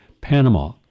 Panama